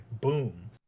boom